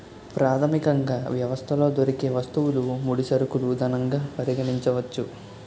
ప్రాథమికంగా వ్యవస్థలో దొరికే వస్తువులు ముడి సరుకులు ధనంగా పరిగణించవచ్చు